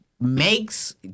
makes